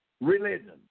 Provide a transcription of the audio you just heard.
religion